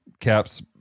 caps